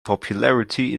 popularity